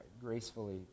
gracefully